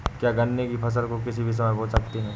क्या गन्ने की फसल को किसी भी समय बो सकते हैं?